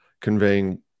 conveying